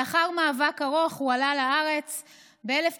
לאחר מאבק ארוך הוא עלה לארץ ב-1983,